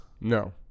No